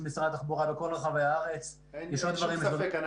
משרד התחבורה בכל רחבי הארץ --- אין שום ספק,